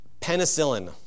penicillin